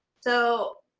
so